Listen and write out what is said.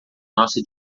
nossa